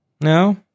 No